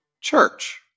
church